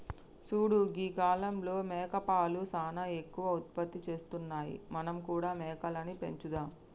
చూడు గీ కాలంలో మేకపాలు సానా ఎక్కువ ఉత్పత్తి చేస్తున్నాయి మనం కూడా మేకలని పెంచుదాం